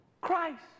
Christ